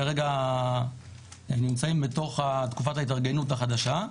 כרגע בתוך תקופת ההתארגנות החדשה.